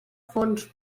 fons